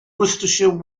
worcestershire